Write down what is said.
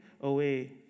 away